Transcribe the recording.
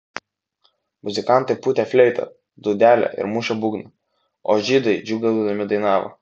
muzikantai pūtė fleitą dūdelę ir mušė būgną o žydai džiūgaudami dainavo